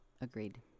agreed